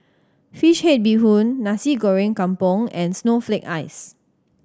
fish head bee hoon Nasi Goreng Kampung and snowflake ice